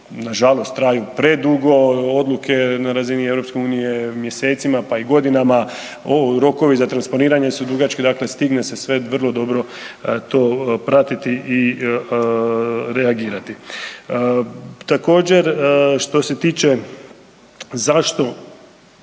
nažalost traju predugo odluke na razini EU, mjesecima, pa i godinama, rokovi za transponiranje su dugački, dakle stigne se sve vrlo dobro to pratiti i reagirati. Također što se tiče zašto,